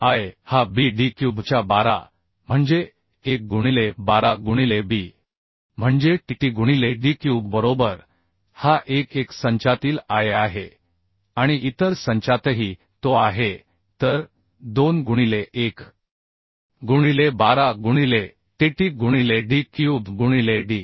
I हा B D क्यूबच्या 12 म्हणजे 1 गुणिले 12 गुणिले B म्हणजे T T गुणिले D क्यूब बरोबर हा 1 1 संचातील I आहे आणि इतर संचातही तो आहे तर 2 गुणिले 1 गुणिले 12 गुणिले TT गुणिले D क्यूब गुणिले D